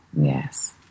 Yes